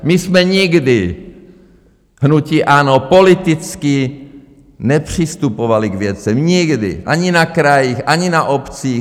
My jsme nikdy, hnutí ANO, politicky nepřistupovali k věcem, nikdy, ani na krajích, ani na obcích.